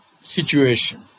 situation